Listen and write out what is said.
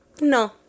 no